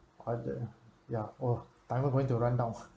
quite that ah ya oh timer going to run down ah